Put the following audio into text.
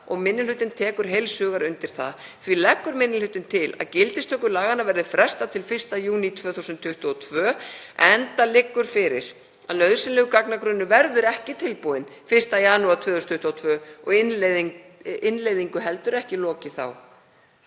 minni hlutinn heils hugar undir það. Því leggur minni hlutinn til að gildistöku laganna verði frestað til 1. júní 2022, enda liggur fyrir að nauðsynlegur gagnagrunnur verður ekki tilbúinn 1. janúar 2022 og innleiðingu heldur ekki lokið þá.